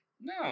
No